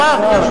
תאמר.